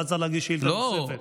ואז צריך להגיש שאילתה נוספת.